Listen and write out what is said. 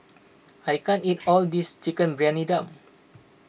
I can't eat all this Chicken Briyani Dum